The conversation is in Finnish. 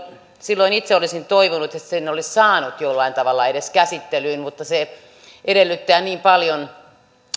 silloin itse olisin toivonut että sen olisi saanut jollain tavalla edes käsittelyyn mutta se edellyttää niin paljon